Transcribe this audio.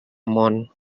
món